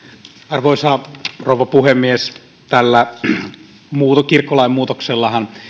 arvoisa rouva puhemies tällä kirkkolain muutoksellahan